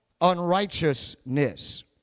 unrighteousness